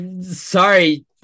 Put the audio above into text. sorry